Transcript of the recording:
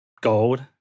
gold